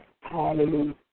Hallelujah